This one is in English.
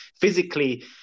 physically